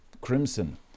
crimson